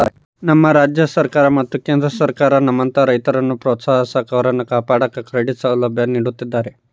ನಮ್ಮ ರಾಜ್ಯ ಮತ್ತು ಕೇಂದ್ರ ಸರ್ಕಾರ ನಮ್ಮಂತಹ ರೈತರನ್ನು ಪ್ರೋತ್ಸಾಹಿಸಾಕ ಅವರನ್ನು ಕಾಪಾಡಾಕ ಕ್ರೆಡಿಟ್ ಸೌಲಭ್ಯ ನೀಡುತ್ತಿದ್ದಾರೆ